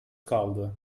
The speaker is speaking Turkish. kaldı